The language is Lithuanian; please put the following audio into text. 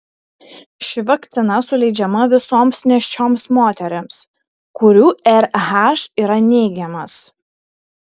ši vakcina suleidžiama visoms nėščioms moterims kurių rh yra neigiamas